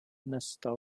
nästa